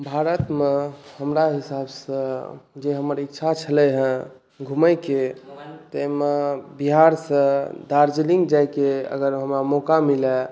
भारतमे हमरा हिसाबसँ जे हमर इच्छा छलै हँ घुमैकेँ ताहिमे बिहारसँ दार्जलिंग जायके अगर हमरा मौका मिलय